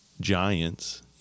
giants